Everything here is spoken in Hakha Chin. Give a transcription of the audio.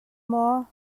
maw